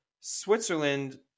Switzerland